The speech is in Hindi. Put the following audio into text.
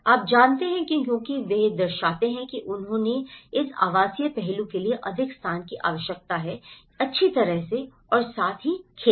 आप जानते हैं क्योंकि अब वे दर्शाते हैं कि उन्हें इस आवासीय पहलू के लिए अधिक स्थान की आवश्यकता है अच्छी तरह से और साथ ही खेती